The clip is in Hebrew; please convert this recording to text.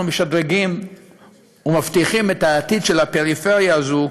משדרגים ומבטיחים את העתיד של הפריפריה הזאת,